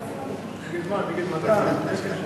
התש"ע 2009, לוועדת החוץ והביטחון נתקבלה.